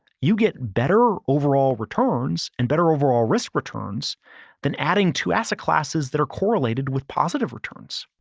you get better overall returns and better overall risk returns than adding two asset classes that are correlated with positive returns.